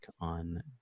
on